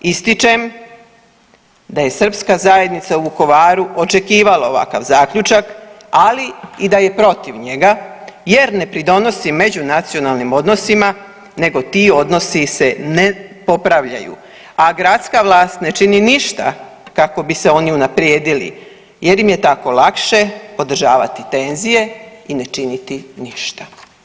Ističem da je srpska zajednica u Vukovaru očekivala ovakav zaključak, ali i da je protiv njega jer ne pridonosi međunacionalnim odnosima nego ti odnosi se ne popravljaju, a gradska vlast ne čini ništa kako bi se oni unaprijedili jer im je tako lakše održavati tenzije i ne činiti ništa.